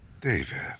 David